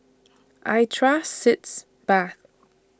I Trust Sitz Bath